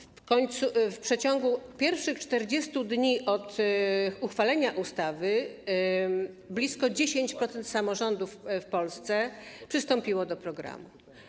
W ciągu pierwszych 40 dni od uchwalenia ustawy blisko 10% samorządów w Polsce przystąpiło do programu.